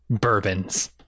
bourbons